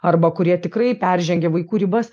arba kurie tikrai peržengia vaikų ribas